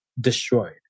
destroyed